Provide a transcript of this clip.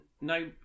no